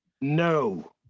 No